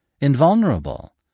invulnerable